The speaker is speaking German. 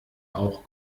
auch